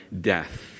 death